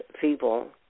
people